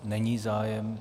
Není zájem.